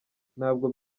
ntabwo